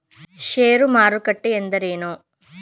ಷೇರು ಮಾರುಕಟ್ಟೆ ಎಂದರೇನು?